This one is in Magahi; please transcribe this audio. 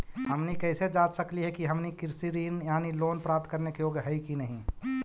हमनी कैसे जांच सकली हे कि हमनी कृषि ऋण यानी लोन प्राप्त करने के योग्य हई कि नहीं?